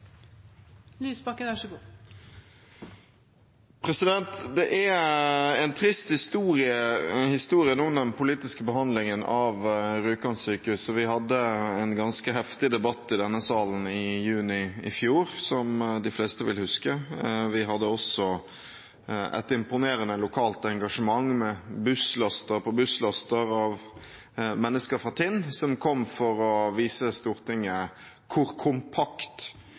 Det er en trist historie, historien om den politiske behandlingen av Rjukan sykehus. Vi hadde en ganske heftig debatt i denne salen i juni i fjor, som de fleste vil huske. Vi hadde også et imponerende lokalt engasjement med busslaster på busslaster av mennesker fra Tinn som kom for å vise Stortinget hvor kompakt